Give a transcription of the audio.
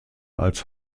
als